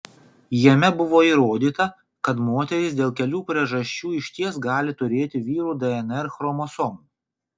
jame buvo įrodyta kad moterys dėl kelių priežasčių išties gali turėti vyrų dnr chromosomų